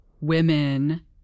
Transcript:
women